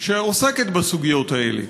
שעוסקת בסוגיות האלה,